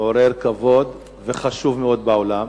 מעורר כבוד וחשוב מאוד בעולם.